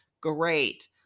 great